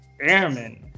airmen